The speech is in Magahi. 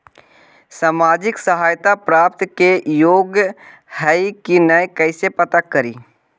सामाजिक सहायता प्राप्त के योग्य हई कि नहीं कैसे पता करी?